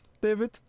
David